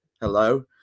Hello